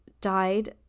died